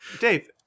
Dave